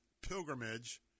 pilgrimage